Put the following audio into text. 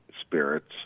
spirits